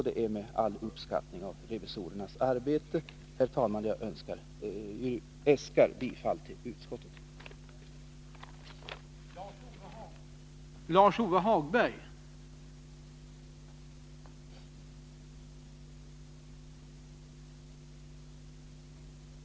Det är med all uppskattning av revisorernas arbete, herr talman, som jag äskar bifall till utskottets förslag.